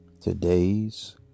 today's